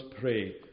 pray